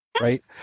Right